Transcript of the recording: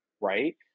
Right